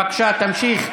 בבקשה, תמשיך.